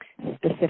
specific